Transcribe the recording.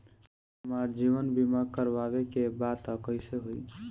हमार जीवन बीमा करवावे के बा त कैसे होई?